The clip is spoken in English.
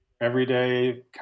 everyday